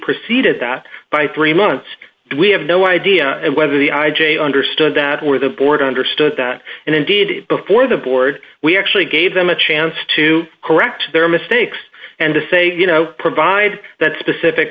preceded that by three months we have no idea whether the i j a understood that or the board understood that and indeed before the board we actually gave them a chance to correct their mistakes and to say you know provide that specific